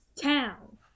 Town